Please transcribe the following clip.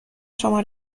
شما